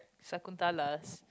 Sakunthala's